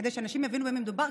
כדי שאנשים יבינו במי המדובר,